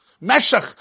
Meshach